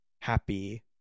happy